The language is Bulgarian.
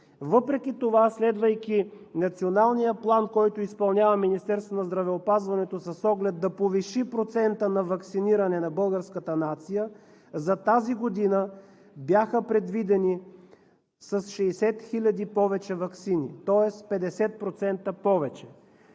Въпреки това, следвайки Националния план, който изпълнява Министерството на здравеопазването с оглед да повиши процента на ваксиниране на българската нация, за тази година бяха предвидени с 60 хил. повече ваксини, тоест 50% повече,